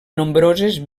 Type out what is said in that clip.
nombroses